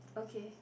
okay